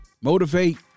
motivate